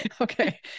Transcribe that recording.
Okay